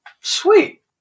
Sweet